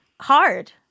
Hard